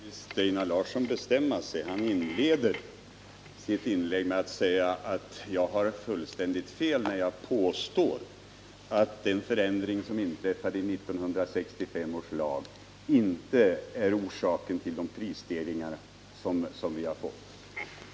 Herr talman! Nu måste faktiskt Einar Larsson bestämma sig. Han inledde sitt inlägg med att säga att jag har fullständigt fel när jag påstår att den förändring som skedde med anledning av 1965 års lag inte är orsaken till de prisstegringar vi har fått.